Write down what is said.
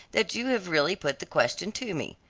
that you have really put the question to me.